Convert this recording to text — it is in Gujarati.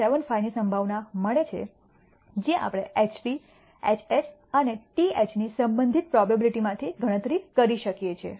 75 ની સંભાવના મળે છે જે આપણે HTHH અને TH ની સંબંધિત પ્રોબેબીલીટી માંથી ગણતરી કરી શકીએ છીએ